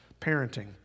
parenting